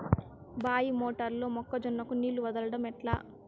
బాయి మోటారు లో మొక్క జొన్నకు నీళ్లు వదలడం ఎట్లా?